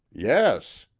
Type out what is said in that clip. yes.